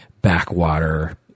backwater